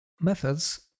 methods